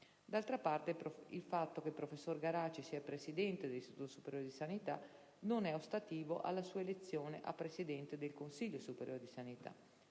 D'altra parte, il fatto che il professor Garaci sia presidente dell'Istituto superiore di sanità non è ostativo alla sua elezione a presidente del Consiglio superiore di sanità: